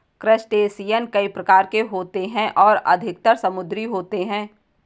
crustacean कई प्रकार के होते हैं और अधिकतर समुद्री होते हैं